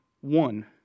one